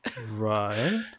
right